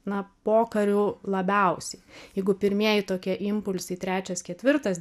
na pokariu labiausiai jeigu pirmieji tokie impulsai trečias ketvirtas